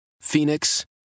Phoenix